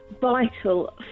vital